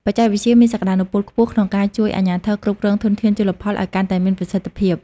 បច្ចេកវិទ្យាមានសក្តានុពលខ្ពស់ក្នុងការជួយអាជ្ញាធរគ្រប់គ្រងធនធានជលផលឲ្យកាន់តែមានប្រសិទ្ធភាព។